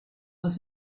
was